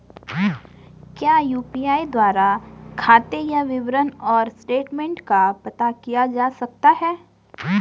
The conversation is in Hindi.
क्या यु.पी.आई द्वारा खाते का विवरण और स्टेटमेंट का पता किया जा सकता है?